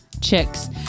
chicks